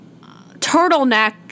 turtleneck